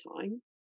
time